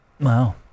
Wow